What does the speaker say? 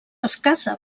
escassa